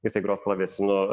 jisai gros klavesinu